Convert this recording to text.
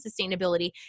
sustainability